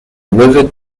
livid